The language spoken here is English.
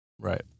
Right